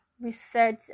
research